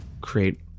create